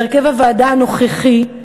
בהרכב הוועדה הנוכחי,